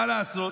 מה לעשות,